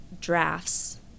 drafts